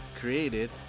created